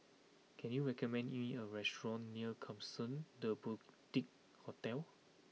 can you recommend me a restaurant near Klapsons The Boutique Hotel